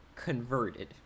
Converted